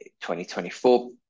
2024